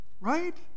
right